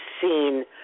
seen